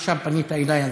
עכשיו פנית אליי,